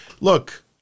Look